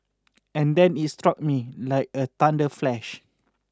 and then it struck me like a thunder flash